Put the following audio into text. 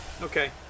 Okay